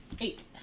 Eight